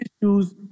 issues